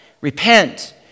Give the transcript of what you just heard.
repent